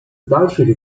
dalszych